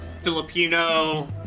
Filipino